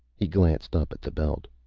he glanced up at the belt.